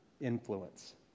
influence